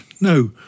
No